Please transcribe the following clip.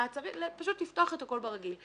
פשוט לפתוח את הכול ברגיל.